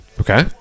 okay